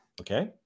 okay